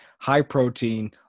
high-protein